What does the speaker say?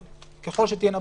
ככל שיהיו בחירות,